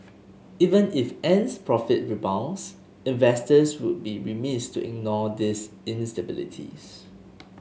even if Ant's profit rebounds investors would be remiss to ignore these instabilities